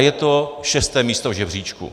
Je to šesté místo v žebříčku.